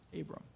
Abram